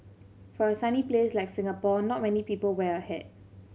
for a sunny place like Singapore not many people wear a hat